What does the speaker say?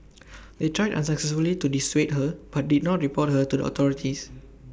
they tried unsuccessfully to dissuade her but did not report her to the authorities